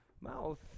mouth